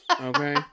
okay